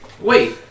Wait